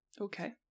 Okay